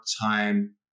time